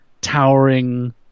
towering